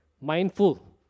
mindful